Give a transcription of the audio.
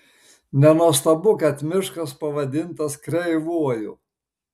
nenuostabu kad miškas pavadintas kreivuoju